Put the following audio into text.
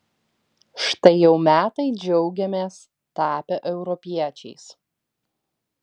štai jau metai džiaugiamės tapę europiečiais